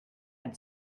ein